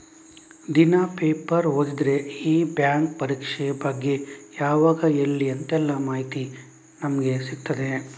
ದಿನಾ ಪೇಪರ್ ಓದಿದ್ರೆ ಈ ಬ್ಯಾಂಕ್ ಪರೀಕ್ಷೆ ಬಗ್ಗೆ ಯಾವಾಗ ಎಲ್ಲಿ ಅಂತೆಲ್ಲ ಮಾಹಿತಿ ನಮ್ಗೆ ಸಿಗ್ತದೆ